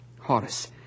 Horace